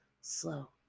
slow